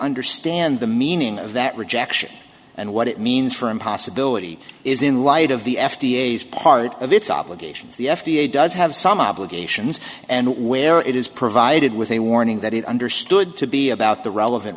understand the meaning of that rejection and what it means for a possibility is in light of the f d a as part of its obligations the f d a does have some obligations and where it is provided with a warning that it understood to be about the relevant